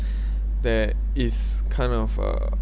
there is kind of uh